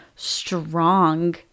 strong